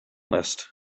list